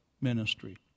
ministry